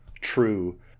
true